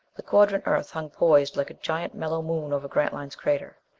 the quadrant earth hung poised like a giant mellow moon over grantline's crater.